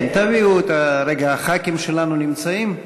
חברי הכנסת שלנו נמצאים.